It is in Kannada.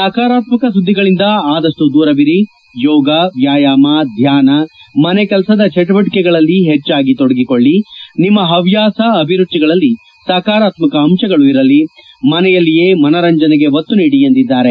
ನಕಾರಾತ್ತಕ ಸುದ್ದಿಗಳಿಂದ ಆದಪ್ಟು ದೂರವಿರಿ ಯೋಗ ವ್ಯಾಯಾಮ ಧ್ವಾನ ಮನೆ ಕೆಲಸದ ಚಟುವಟಿಕೆಗಳಲ್ಲಿ ಹೆಚ್ಡಾಗಿ ತೊಡಗಿಕೊಳ್ಳಿ ನಿಮ್ನ ಹವ್ಯಾಸ ಅಭಿರುಚಿಯಲ್ಲಿ ಸಕರಾತ್ಮಕ ಅಂಶಗಳು ಇರಲಿ ಮನೆಯಲ್ಲಿಯೇ ಮನೋರಂಜನೆಗೆ ಒತ್ತು ನೀಡಿ ಎಂದಿದ್ದಾರೆ